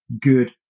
good